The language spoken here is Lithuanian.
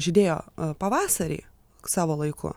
žydėjo pavasarį savo laiku